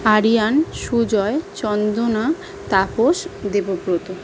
Aryan Sujoy Chandana Tapas Debabrata